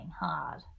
hard